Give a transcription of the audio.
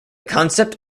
concept